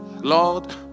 Lord